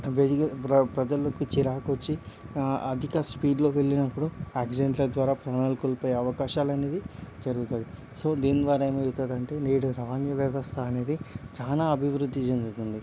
విడిగా ప్ర ప్రజలకు చిరాకొచ్చి అధిక స్పీడ్లో వెళ్ళినప్పుడు యాక్సిడెంట్ల ద్వారా ప్రాణాలు కోల్పోయే అవకాశాలు అనేది జరుగుతుఉంది సో దీని ద్వారా ఏమైతుంది అంటే నేడు రవాణా వ్యవస్థ అనేది చాలా అభివృద్ధి చెందుతుంది